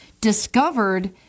discovered